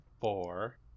four